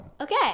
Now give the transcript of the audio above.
Okay